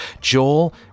Joel